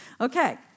Okay